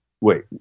wait